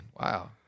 wow